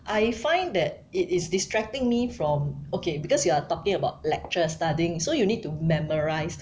I find that it is distracting me from okay because you are talking about lecture studying so you need to memorise